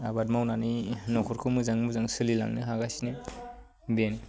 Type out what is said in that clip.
आबाद मावनानै न'खरखौ मोजाङै मोजां सोलिलांनो हागासिनो बेनो